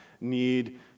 need